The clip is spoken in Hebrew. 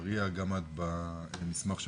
מריה, גם את במסמך שפרסמת,